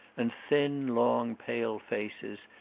and thin, long, pale faces,